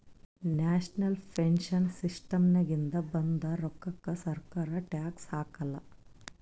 national pension ಸಿಸ್ಟಮ್ನಾಗಿಂದ ಬಂದ್ ರೋಕ್ಕಾಕ ಸರ್ಕಾರ ಟ್ಯಾಕ್ಸ್ ಹಾಕಾಲ್